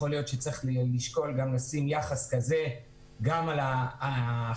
יכול להיות שצריך לשקול גם לשים יחס כזה גם על החברות